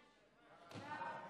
ההצעה